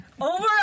Over